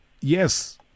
Yes